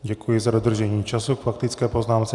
Děkuji za dodržení času k faktické poznámce.